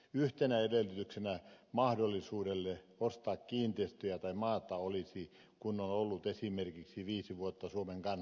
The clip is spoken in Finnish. yhtenä edellytyksenä mahdollisuudelle ostaa kiinteistöjä tai maata olisi että on ollut esimerkiksi viisi vuotta suomen kansalainen